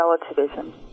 relativism